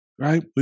right